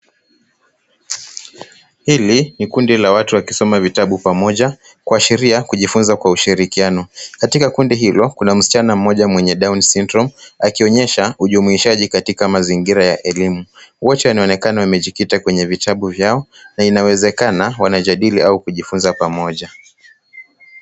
Hili ni kundi la watu wakisoma vitabu pamoja kuashiria kujifunza kwa ushirikiano, katika kundi hilo kuna msichana moja mwnye Down Syndrome akionyesha ujumuishaji katika mazingira ya elimu. Wote wanaonekana wamejikita kwenye vitabu vyao na inawezekena wanajadili au kujifunza pamoja.